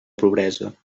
pobresa